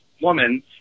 woman